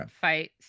fight